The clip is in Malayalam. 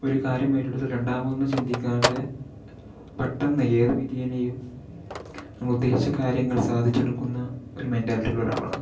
ഒരു കാര്യം ഏറ്റെടുത്താൽ രണ്ടാമതൊന്ന് ചിന്തിക്കാതെ പെട്ടന്ന് ഏത് വിധേനയും അവളുദ്ദേശിച്ച കാര്യങ്ങൾ സാധിച്ചെടുക്കുന്ന ഒരു മെൻറ്റാലിറ്റിയുള്ള ഒരാളാണ്